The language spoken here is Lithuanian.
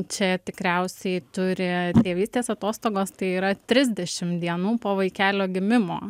čia tikriausiai turi tėvystės atostogos tai yra trisdešimt dienų po vaikelio gimimo